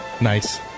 Nice